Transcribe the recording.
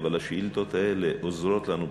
השאילתות האלה עוזרות לנו,